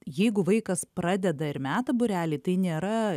jeigu vaikas pradeda ir meta būrelį tai nėra